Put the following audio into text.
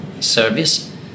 service